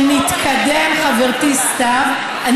שנתקדם, חברתי סתיו, תעני על השאלה.